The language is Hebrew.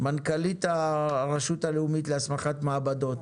מנכ"לית הרשות הלאומית להסמכת מעבדות.